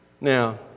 Now